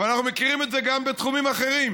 אנחנו מכירים את זה גם בתחומים אחרים,